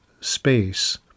space